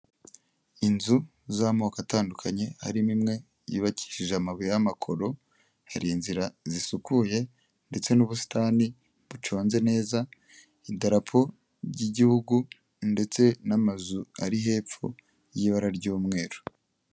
Inzu z'amoko atandukanye, harimo imwe yubakishije amabuye y'amakoro, hari inzira zisukuye ndetse n'ubusitani buconze neza, idarapo ry'igihugu ndetse n'amazu ari hepfo y'ibara ry'umweru.